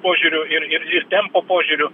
požiūriu ir ir ir tempo požiūriu